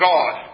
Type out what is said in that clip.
God